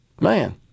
Man